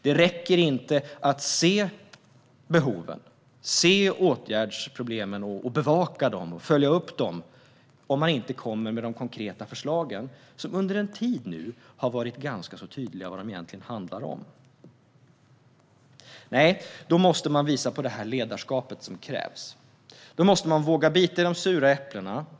Det räcker inte att se behoven och åtgärdsproblemen och bevaka och följa upp dem om man inte kommer med de konkreta förslagen, som det under en tid varit ganska tydligt vad de egentligen handlar om. Nej, då måste man visa det ledarskap som krävs. Då måste man våga bita i de sura äpplena.